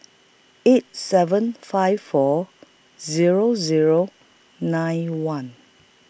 eight seven five four Zero Zero nine one